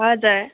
हजुर